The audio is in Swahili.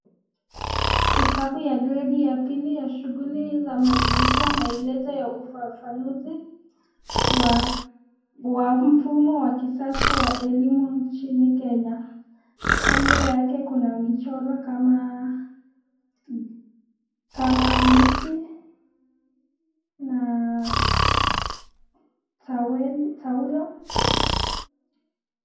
Kitabu ya gredi ya pili ya shughuli za mazingira, maelezo ya ufafanuzi wa wamfumo wa kisasa wa elimu nchini Kenya. Kando yake kuna michoro kama miti na taulo.